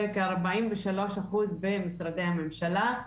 וכארבעים ושלושה אחוז במשרדי הממשלה.